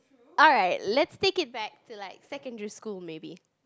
alright let's take it back to like secondary school maybe